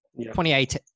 2018